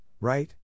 right